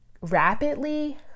rapidly